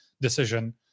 decision